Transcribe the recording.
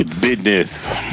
business